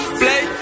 play